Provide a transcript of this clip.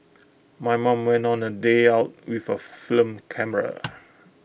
my mom went on A day out with A film camera